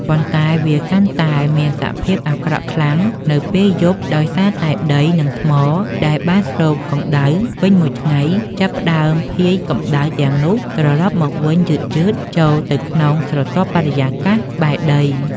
ប៉ុន្តែវាកាន់តែមានសភាពអាក្រក់ខ្លាំងនៅពេលយប់ ដោយសារតែដី និងថ្មដែលបានស្រូបកម្ដៅពេញមួយថ្ងៃ ចាប់ផ្តើមភាយកម្ដៅទាំងនោះត្រឡប់មកវិញយឺតៗចូលទៅក្នុងស្រទាប់បរិយាកាសក្បែរដី។